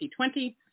2020